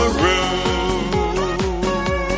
room